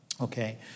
Okay